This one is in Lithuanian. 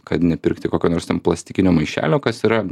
kad nepirkti kokio nors ten plastikinio maišelio kas yra